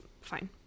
fine